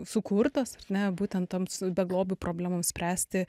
sukurtos ar ne būtent toms beglobių problemoms spręsti